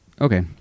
Okay